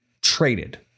traded